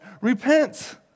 repent